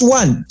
one